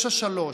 9:3,